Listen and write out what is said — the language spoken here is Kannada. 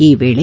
ಈ ವೇಳೆ